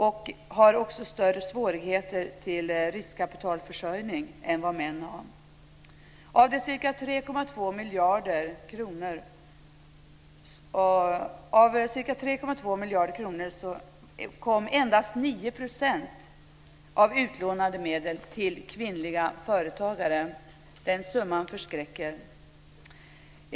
De har också större svårigheter att få riskkapitalförsörjning än vad män har. Av ca 3,2 miljarder kronor utlånade medel gick endast 9 % till kvinnliga företagare. Den summan förskräcker.